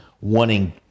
wanting